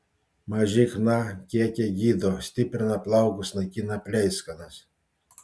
maži chna kiekiai gydo stiprina plaukus naikina pleiskanas